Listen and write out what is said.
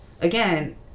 again